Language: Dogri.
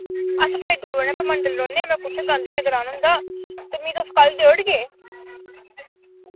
अस बड़ी दूर रौह्न्ने परमंडल रैहन्ने मैं कु'त्थें गांधीनगर आन होंदा ते मी तुस कल देऊड़गे